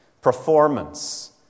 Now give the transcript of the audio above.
performance